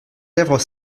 lèvres